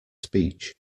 speech